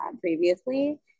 previously